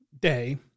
day